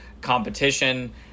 competition